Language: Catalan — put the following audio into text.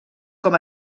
com